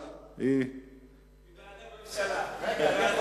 היא בעד הממשלה.